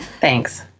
Thanks